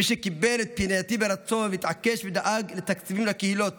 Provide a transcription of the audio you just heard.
מי שקיבל את פנייתי ברצון והתעקש ודאג לתקציבים לקהילות